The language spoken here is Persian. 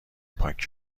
پاک